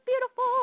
beautiful